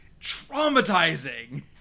traumatizing